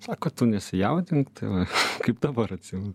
sako tu nesijaudink tai va kaip dabar atsimenu